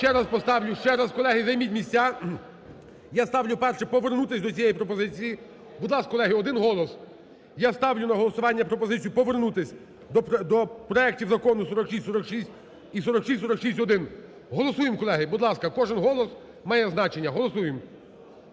Ще раз поставлю, ще раз. Колеги, займіть місця. Я ставлю, по-перше, повернутись до цієї пропозиції. Будь ласка, колеги, один голос. Я ставлю на голосування пропозицію повернутись до проектів закону 4646 і 4646-1. Голосуємо, колеги, будь ласка, кожен голос має значення. Голосуємо.